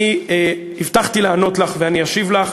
אני הבטחתי לענות לך ואני אשיב לך.